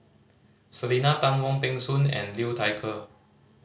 Selena Tan Wong Peng Soon and Liu Thai Ker